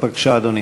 בבקשה, אדוני.